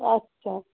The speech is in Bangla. আচ্ছা